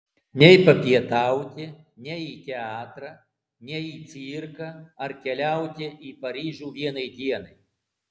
nei papietauti nei į teatrą nei į cirką ar keliauti į paryžių vienai dienai